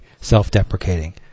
self-deprecating